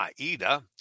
aida